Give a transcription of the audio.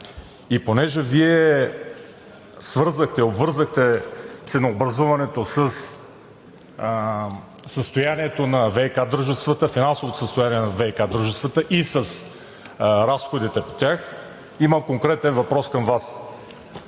Понеже Вие свързахте, обвързахте ценообразуването с финансовото състояние на ВиК дружествата и с разходите по тях, имам конкретен въпрос към Вас: